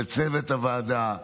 לצוות הוועדה,